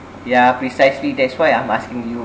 yeah precisely that's why I'm asking you